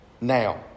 now